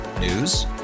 News